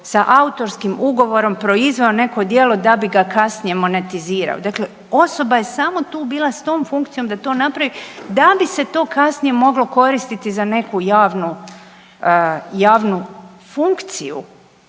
sa autorskim ugovorom proizveo neko djelo da bi ga kasnije monetizirao. Dakle, osoba je samo tu bila s tom funkcijom da to napravi da bi se to kasnije moglo koristiti za neku javnu funkciju.